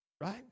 Right